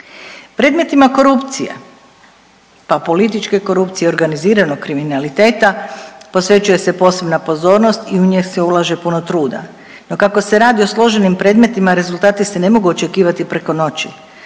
Predmetima korupcije pa političke korupcije i organiziranog kriminaliteta posvećuje se posebna pozornost i u nju se ulaže puno truda, no kako se radi o složenim predmetima, rezultati se ne mogu očekivati preko noći,